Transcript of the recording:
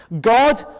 God